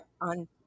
on